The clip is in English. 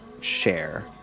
share